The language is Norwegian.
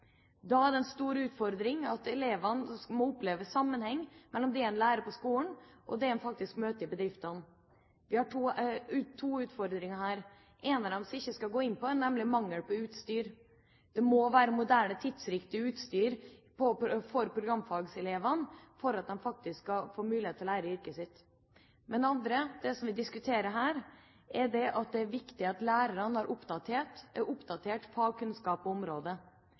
Da er det en stor utfordring å sikre at elevene opplever sammenheng mellom det de lærer på skolen, og det de faktisk møter i bedriftene. Vi har to utfordringer her: En av dem, som jeg ikke skal gå inn på, er mangel på utstyr. Det må være moderne, tidsriktig utstyr for programfagelevene for at de skal få mulighet til å lære yrket sitt. Den andre – det vi diskuterer her – er at det er viktig at lærerne har oppdatert fagkunnskap på området.